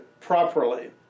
properly